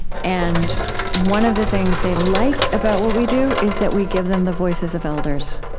and one of the things they like about what we do is that we give them the voices of elders.